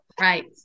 Right